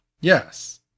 Yes